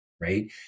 right